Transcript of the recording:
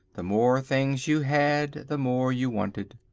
the more things you had the more you wanted.